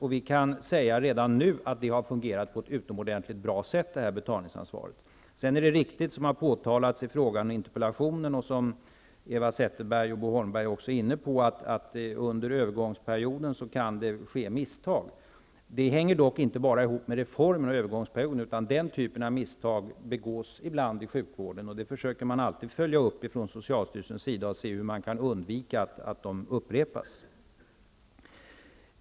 Det går att redan nu se att betalningsansvaret har fungerat bra. Eva Zetterberg och Bo Holmberg också har tagit upp, är det riktigt att det under en övergångsperiod kan ske misstag. Men det hänger inte bara ihop med reformen och övergångsperioden. Den typen av misstag begås ibland i sjukvården. Sådant följer alltid socialstyrelsen upp för att se hur man kan undvika att det upprepas.